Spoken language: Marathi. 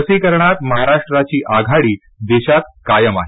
लसीकरणात महाराष्ट्राची आघाडी देशात कायम आहे